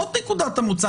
זאת נקודת המוצא.